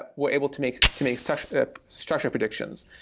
but we're able to make to make such structure predictions.